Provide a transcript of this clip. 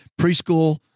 preschool